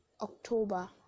October